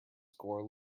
score